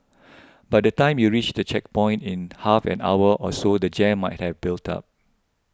by the time you reach the checkpoint in half an hour or so the jam might have built up